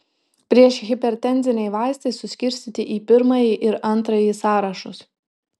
priešhipertenziniai vaistai suskirstyti į pirmąjį ir antrąjį sąrašus